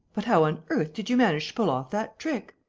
but how on earth did you manage to pull off that trick?